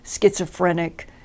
schizophrenic